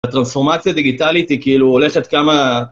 הטרנספורמציה הדיגיטלית היא כאילו הולכת כמה...